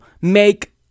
make